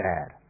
Dad